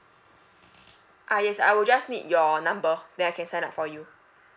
ah yes I will just need your number then I can sign up for you